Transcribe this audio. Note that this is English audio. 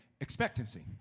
Expectancy